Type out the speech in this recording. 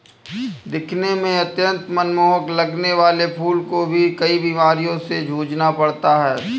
दिखने में अत्यंत मनमोहक लगने वाले फूलों को भी कई बीमारियों से जूझना पड़ता है